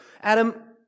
Adam